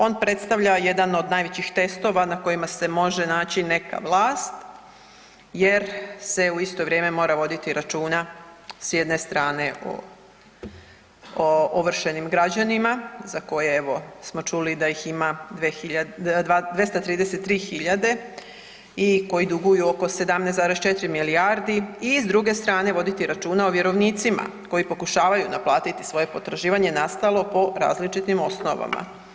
On predstavlja jedan od najvećih testova na kojima se može naći neka vlast jer se u isto vrijeme mora voditi računa s jedne strane o ovršenim građanima, za koje evo smo čuli da ih ima 233.000 i koji duguju oko 17,4 milijardi i s druge strane voditi računa o vjerovnicima koji pokušavaju naplatiti svoje potraživanje nastalo po različitim osnovama.